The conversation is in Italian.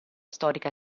storica